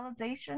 validation